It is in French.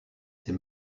ces